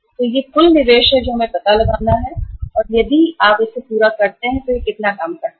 तो यह कुल निवेश है जो हमें पता लगाना है और यदि है आप इसे पूरा करते हैं यह कितना काम करता है